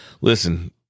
listen